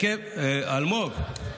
אלמוג?